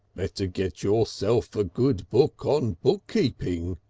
better get yourself a good book on bookkeeping,